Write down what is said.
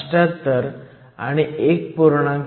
78 आणि 1